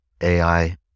AI